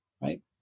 right